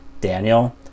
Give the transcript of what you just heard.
Daniel